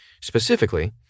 Specifically